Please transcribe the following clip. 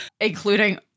Including